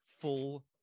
full